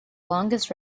longest